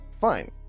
fine